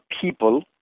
people